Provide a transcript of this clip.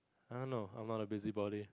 I don't know I'm not a busy body